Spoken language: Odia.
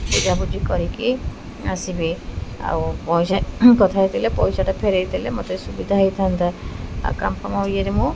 ବୁଝାବୁଝି କରିକି ଆସିବି ଆଉ ପଇସା କଥା ହୋଇଥିଲେ ପଇସାଟା ଫେରାଇ ଦେଲେ ମୋତେ ସୁବିଧା ହୋଇଥାନ୍ତା ଆଉ କାମ ଫାମ ଇଏରେ ମୁଁ